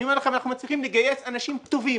אני אומר לכם שאנחנו מצליחים לגייס אנשים טובים,